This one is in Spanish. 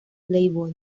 playboy